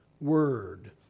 word